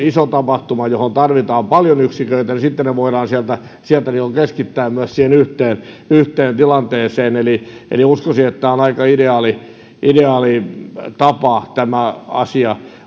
iso tapahtuma johon tarvitaan paljon yksiköitä ne voidaan sieltä sieltä keskittää myös siihen yhteen tilanteeseen eli eli uskoisin että tämä on aika ideaali ideaali tapa organisoida tämä asia